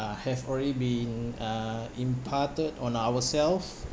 uh have already been uh imparted on ourselves